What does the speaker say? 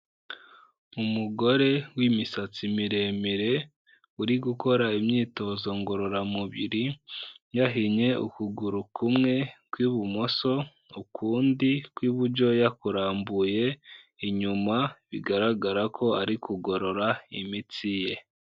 Umugore w'imisatsi miremire uri gukora imyitozo ngororamubiri, yahinnye ukuguru kumwe kw'ibumoso, ukundi kw'iburyo yakurambuye inyuma, bigaragara ko ari kugorora imitsi ye.